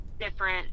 different